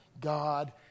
God